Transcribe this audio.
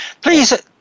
Please